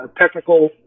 technical